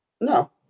No